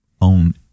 own